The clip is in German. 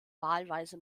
wahlweise